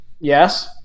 Yes